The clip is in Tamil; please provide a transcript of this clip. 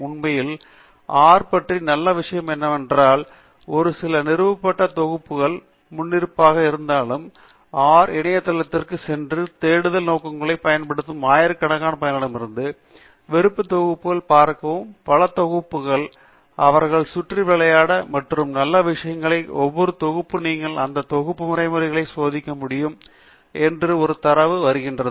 உண்மையில் ஆர் பற்றி நல்ல விஷயம் என்னவென்றால் ஒரு சில நிறுவப்பட்ட தொகுப்புகள் முன்னிருப்பாக இருந்தாலும் ஒரு ஆர் இணையதளத்திற்கு சென்று கூடுதல் நோக்கங்களுக்காகப் பயன்படும் ஆயிரக்கணக்கான பயனர்களிடமிருந்து விருப்ப தொகுப்புகள் பார்க்கவும் பல தொகுப்புகளை அவர்கள் சுற்றி விளையாட மற்றும் மற்ற நல்ல விஷயம் ஒவ்வொரு தொகுப்பு நீங்கள் அந்த தொகுப்பு நடைமுறைகளை சோதிக்க முடியும் என்று ஒரு தரவு தொகுப்பு வருகிறது